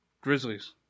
Grizzlies